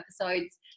episodes